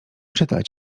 czytać